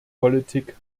politik